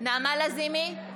נעמה לזימי,